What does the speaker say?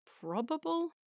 Probable